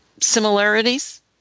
similarities